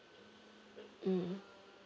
mm